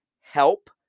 help